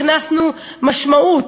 הכנסנו משמעות,